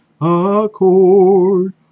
accord